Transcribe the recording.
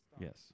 Yes